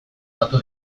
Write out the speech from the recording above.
batu